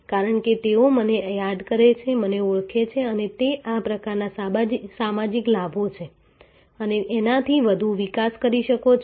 કારણ કે તેઓ મને યાદ કરે છે મને ઓળખે છે અને તે આ પ્રકારના સામાજિક લાભો છે તમે આનાથી વધુ વિકાસ કરી શકો છો